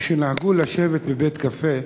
או שנהגו לשבת בבית-קפה,